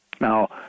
now